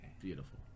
beautiful